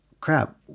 crap